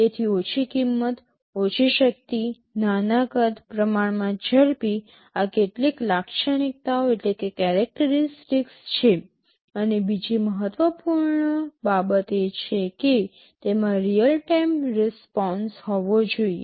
તેથી ઓછી કિંમત ઓછી શક્તિ નાના કદ પ્રમાણમાં ઝડપી આ કેટલીક લાક્ષણિકતાઓ છે અને બીજી મહત્વપૂર્ણ બાબત એ છે કે તેમાં રીયલ ટાઇમ રીસ્પોન્સ હોવો જોઈએ